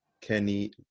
Kenny